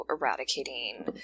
eradicating